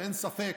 אין ספק